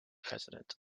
president